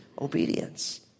Obedience